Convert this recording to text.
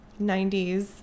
90s